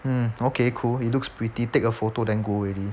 mm okay cool it looks pretty take a photo then go already